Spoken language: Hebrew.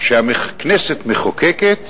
שהכנסת מחוקקת